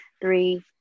three